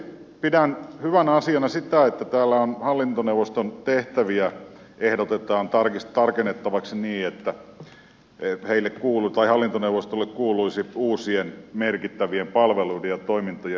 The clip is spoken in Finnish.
lisäksi pidän hyvänä asiana sitä että täällä hallintoneuvoston tehtäviä ehdotetaan tarkennettavaksi niin että hallintoneuvostolle kuuluisi uusien merkittävien palveluiden ja toimintojen ennakkoarviointi